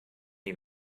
die